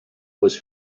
was